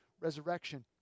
resurrection